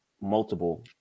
multiple